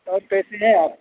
और कैसे हैं आप